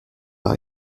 par